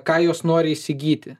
ką jos nori įsigyti